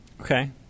Okay